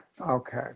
Okay